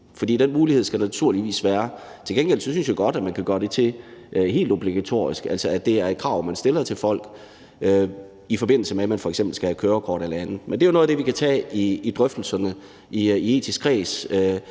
For den mulighed skal naturligvis være der. Til gengæld synes jeg sådan set godt, man kan gøre det helt obligatorisk, altså at det er et krav, man stiller til folk, i forbindelse med at man f.eks. skal have kørekort eller andet. Men det er jo noget af det, vi kan tage i drøftelserne i den etiske kreds,